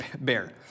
bear